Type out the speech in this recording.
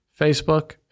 Facebook